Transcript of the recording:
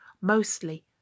Mostly